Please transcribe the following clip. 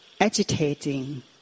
agitating